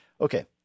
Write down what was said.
Okay